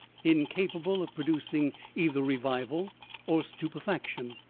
incapable of producing either revival or stupefaction,